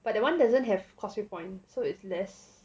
but that one doesn't have causeway point so it's less